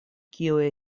kiuj